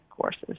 courses